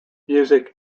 music